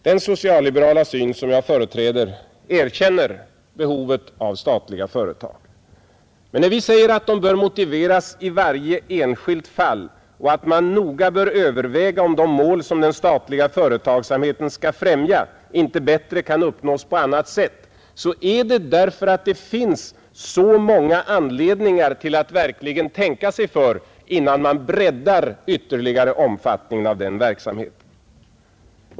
Den socialliberala syn som jag företräder erkänner behovet av statliga företag, men när vi säger att de bör motiveras i varje enskilt fall och att man noga bör överväga om de mål som den statliga företagsamheten skall främja inte bättre kan uppnås på annat sätt, så är det därför att det finns så många anledningar till att verkligen tänka sig för innan man ytterligare breddar omfattningen av den verksamheten.